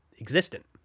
existent